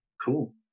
Cool